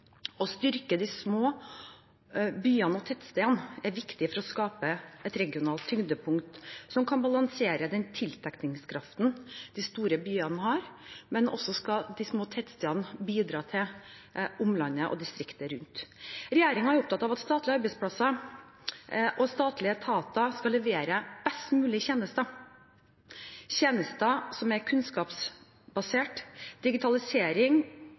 Å styrke de små byene og tettstedene er viktig for å skape et regionalt tyngdepunkt som kan balansere den tiltrekningskraften de store byene har. De små tettstedene skal også bidra til omlandet og distriktet rundt. Regjeringen er opptatt av at statlige arbeidsplasser og statlige etater skal levere best mulig tjenester, tjenester som er kunnskapsbaserte. Digitalisering